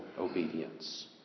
obedience